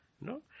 no